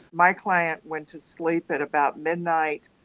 my client went to sleep at about midnight.